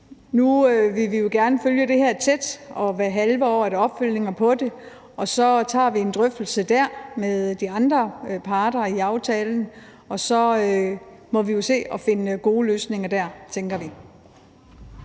Nu vil vi jo gerne følge det her tæt, og hvert halve år er der opfølgninger på det, og så tager vi en drøftelse dér med de andre parter i aftalen, og så må vi jo se at finde gode løsninger dér, tænker vi.